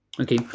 Okay